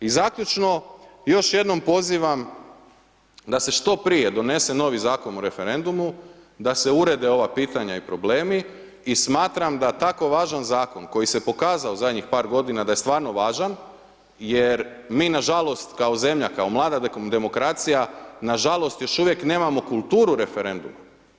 I zaključno, još jednom pozivam da se što prije donese novi Zakon o referendumu, da se urede ova pitanja i problemi i smatram da tako važan zakon koji se pokazao zadnjih par godina da je stvarno važan jer mi nažalost kao zemlja, kao mlada demokracija, nažalost još uvijek nemamo kulturu referenduma.